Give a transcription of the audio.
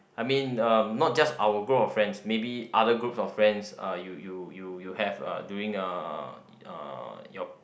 I mean uh not just our group of friends maybe other group of friends uh you you you have uh doing uh your